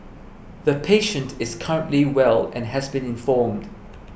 the patient is currently well and has been informed